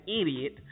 idiot